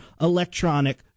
Electronic